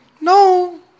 No